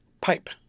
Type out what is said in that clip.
pipe